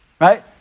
Right